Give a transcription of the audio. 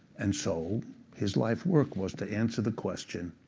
and so his life work was to answer the question,